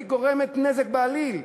גורמת נזק בעליל.